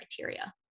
criteria